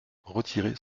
retirer